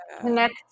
connect